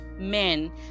men